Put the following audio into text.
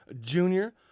junior